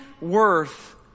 worth